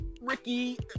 ricky